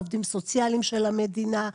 עובדים סוציאליים של המדינה.